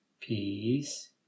Peace